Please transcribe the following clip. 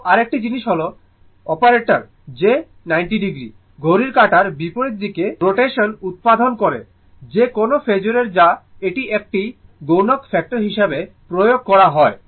তো আরেকটি জিনিস হল অপারেটর j 90 o ঘড়ির কাঁটার বিপরীতে রোটেশন উত্পাদন করে যে কোনও ফেজোরের যা এটি একটি গুণক ফ্যাক্টর হিসাবে প্রয়োগ করা হয়